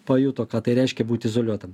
pajuto ką tai reiškia būt izoliuotam